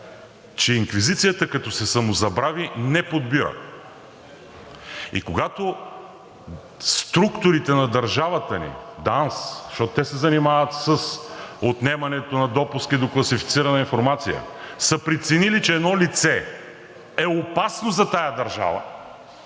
че инквизицията, като се самозабрави, не подбира. И когато структурите на държавата ни – ДАНС, защото те се занимават с отнемането на допуски до класифицирана информация, са преценили, че едно лице е опасно за тази държава,